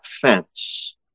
fence